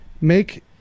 make